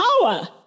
power